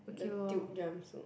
the tube jumpsuit